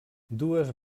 dues